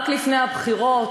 רק לפני הבחירות